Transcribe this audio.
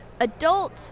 adults